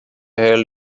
held